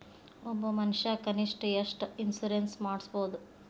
ಒಬ್ಬ ಮನಷಾ ಕನಿಷ್ಠ ಎಷ್ಟ್ ಇನ್ಸುರೆನ್ಸ್ ಮಾಡ್ಸ್ಬೊದು?